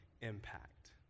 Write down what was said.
impact